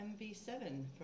MV7